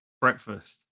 breakfast